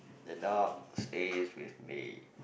the dog stays with me